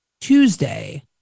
Tuesday